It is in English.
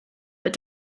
but